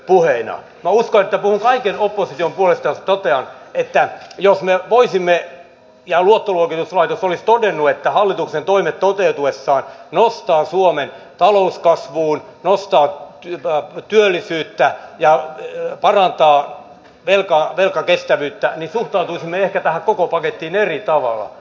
minä uskon että puhun kaiken opposition puolesta jos totean että jos luottoluokituslaitos olisi todennut että hallituksen toimet toteutuessaan nostavat suomen talouskasvuun nostavat työllisyyttä ja parantavat velkakestävyyttä niin suhtautuisimme ehkä tähän koko pakettiin eri tavalla